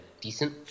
decent